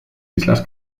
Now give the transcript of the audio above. islas